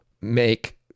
make